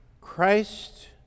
Christ